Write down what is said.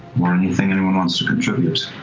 or anything anyone wants to contribute.